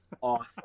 awesome